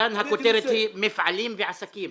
הכותרת היא מפעלים ועסקים.